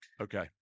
Okay